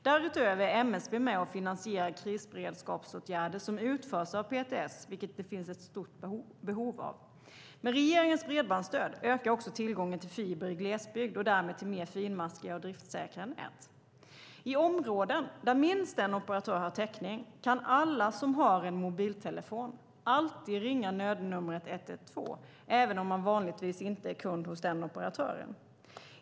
Därutöver är MSB med och finansierar krisberedskapsåtgärder som utförs av PTS, vilket det finns ett stort behov av. Med regeringens bredbandsstöd ökar också tillgången till fiber i glesbygd och därmed till mer finmaskiga och driftsäkra nät. I områden där minst en operatör har täckning kan alla som har en mobiltelefon alltid ringa nödnumret 112, även om man vanligtvis inte är kund hos den operatören.